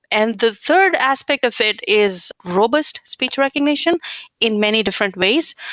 and the third aspect of it is robust speech recognition in many different ways.